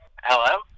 Hello